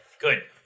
Good